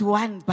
one